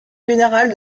général